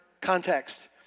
context